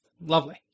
Lovely